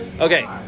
okay